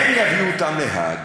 הם יביאו אותם להאג,